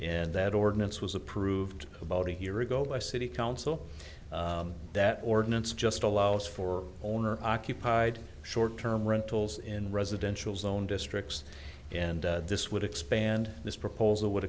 and that ordinance was approved about a year ago by city council that ordinance just allows for owner occupied short term rentals in residential zone districts and this would expand this proposal would